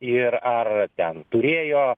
ir ar ten turėjo